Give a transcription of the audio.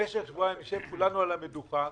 במשך שבועיים נשב כולנו על המדוכה,